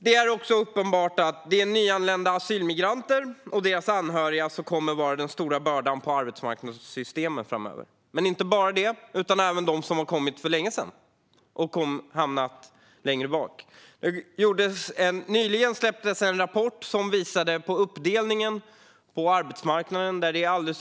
Det är också uppenbart att det är nyanlända asylmigranter och deras anhöriga som kommer att vara den stora bördan på arbetsmarknadssystemen framöver, men inte bara de utan även de som har kommit för länge sedan och hamnat efter. Nyligen släpptes en rapport som visade på uppdelningen på arbetsmarknaden.